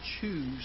choose